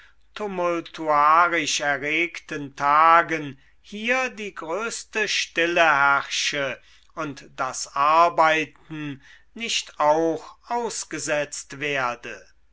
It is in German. tumultuarisch erregten tagen hier die größte stille herrsche und das arbeiten nicht auch ausgesetzt werde